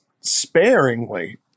sparingly